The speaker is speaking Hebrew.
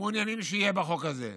מעוניינים שיהיה בחוק הזה,